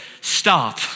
Stop